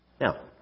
Now